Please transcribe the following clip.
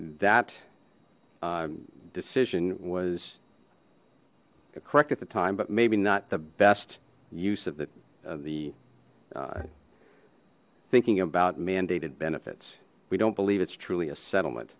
that decision was correct at the time but maybe not the best use of the the thinking about mandated benefits we don't believe it's truly a settlement